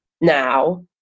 Now